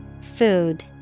Food